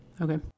okay